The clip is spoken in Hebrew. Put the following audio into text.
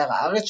באתר הארץ,